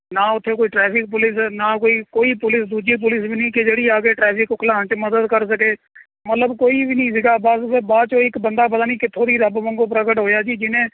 ਨਾ ਉੱਥੇ ਕੋਈ ਟਰੈਫਿਕ ਪੁਲਿਸ ਨਾ ਕੋਈ ਕੋਈ ਪੁਲਿਸ ਦੂਜੀ ਪੁਲਿਸ ਵੀ ਨਹੀਂ ਕਿ ਜਿਹੜੀ ਆ ਕੇ ਟਰੈਫਿਕ ਖੁਲ੍ਹਾਣ 'ਚ ਮਦਦ ਕਰ ਸਕੇ ਮਤਲਬ ਕੋਈ ਵੀ ਨਹੀਂ ਸੀਗਾ ਬਸ ਫਿਰ ਬਾਅਦ 'ਚ ਇੱਕ ਬੰਦਾ ਪਤਾ ਨਹੀਂ ਕਿੱਥੋਂ ਦੀ ਰੱਬ ਵਾਂਗੂ ਪ੍ਰਗਟ ਹੋਇਆ ਜੀ ਜਿਹਨੇ